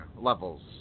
levels